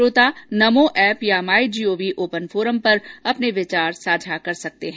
श्रोता नमो एप या my gov open forum पर अपने विचार साझा कर सकते हैं